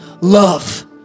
love